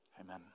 Amen